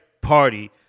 party